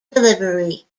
delivery